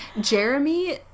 Jeremy